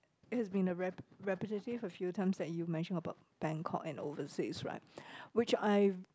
it has been a rep~ repetitive a few times that you mentioned about Bangkok and overseas right which I